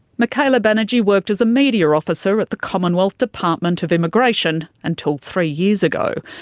michaela banerji worked as a media officer at the commonwealth department of immigration until three years ago.